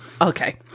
Okay